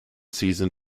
season